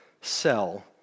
Sell